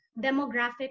demographic